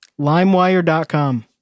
LimeWire.com